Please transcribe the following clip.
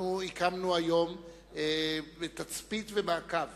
אנחנו הקמנו היום תצפית ומעקב